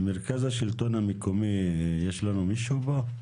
ממרכז השלטון המקומי יש לנו מישהו פה?